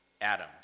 Adam